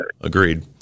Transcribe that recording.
Agreed